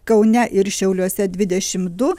kaune ir šiauliuose dvidešim du